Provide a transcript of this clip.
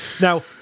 Now